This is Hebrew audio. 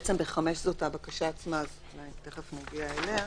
בסעיף 5 זו אותה בקשה עצמה, אז תיכף נגיע אליה.